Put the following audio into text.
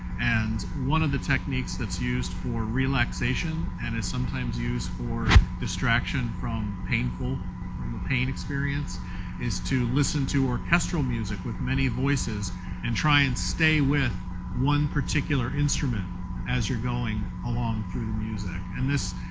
and one of the techniques that's used for relaxation and is sometimes used for distraction from painful from pain experience is to listen to orchestral music with many voices and try and stay with one particular instrument as you're going along through the music. and this,